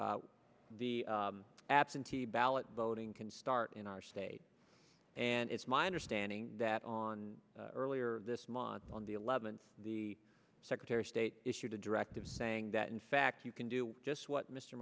the absentee ballot voting can start in our state and it's my understanding that on earlier this month on the eleventh the secretary of state issued a directive saying that in fact you can do just what mr